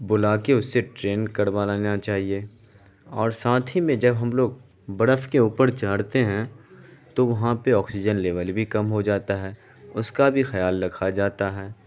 بلا کے اس سے ٹرینڈ کروا لینا چاہیے اور ساتھ ہی میں جب ہم لوگ برف کے اوپر چڑھتے ہیں تو وہاں پہ آکسیجن لیول بھی کم ہو جاتا ہے اس کا بھی خیال رکھا جاتا ہے